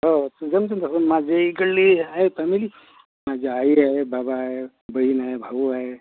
हो तुमच्याकडं माझ्या इकडली हाए फॅमिली माझी आई आहे बाबा आहे बहीन आहे भाऊ आहे